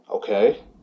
Okay